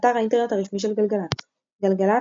אתר האינטרנט הרשמי של גלגלצ גלגלצ,